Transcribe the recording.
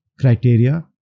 criteria